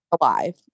alive